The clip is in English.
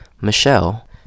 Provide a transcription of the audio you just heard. Michelle